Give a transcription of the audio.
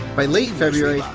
by late february,